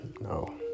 no